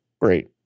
Great